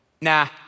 nah